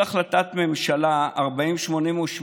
גם ביטול החלטת ממשלה 4088,